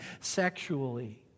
sexually